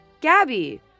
Gabby